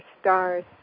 stars